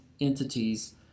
entities